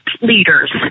leaders